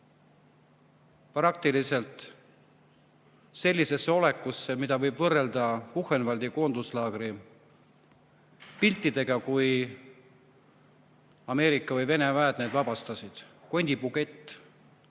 praktiliselt sellisesse olekusse, mida võib võrrelda Buchenwaldi koonduslaagri piltidel nähtuga, kui Ameerika või Vene väed [sealsed vangid] vabastasid: kondibukett,